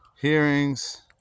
hearings